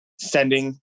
sending